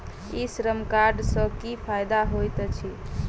ई श्रम कार्ड सँ की फायदा होइत अछि?